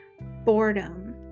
boredom